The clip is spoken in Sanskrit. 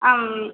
आम्